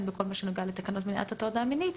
בכל מה שנוגע לתקנות מניעת הטרדה מינית,